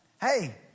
Hey